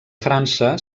frança